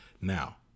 Now